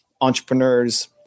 entrepreneurs